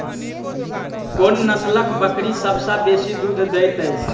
कोन नसलक बकरी सबसँ बेसी दूध देइत अछि?